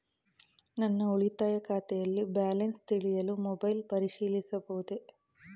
ನನ್ನ ಉಳಿತಾಯ ಖಾತೆಯಲ್ಲಿ ಬ್ಯಾಲೆನ್ಸ ತಿಳಿಯಲು ಮೊಬೈಲ್ ಪರಿಶೀಲಿಸಬಹುದೇ?